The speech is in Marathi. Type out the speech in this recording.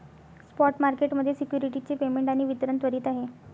स्पॉट मार्केट मध्ये सिक्युरिटीज चे पेमेंट आणि वितरण त्वरित आहे